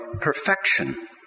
perfection